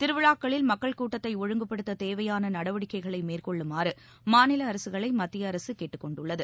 திருவிழாக்களில் மக்கள் கூட்டத்தைஒழுங்குப்படுத்ததேவையானநடவடிக்கைகளைமேற்கொள்ளுமாறுமாநிலஅரசுகளைமத்தியஅ ரசுகேட்டுக் கொண்டுள்ளது